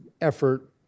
effort